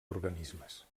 organismes